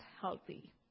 healthy